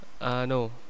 no